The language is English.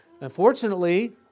Unfortunately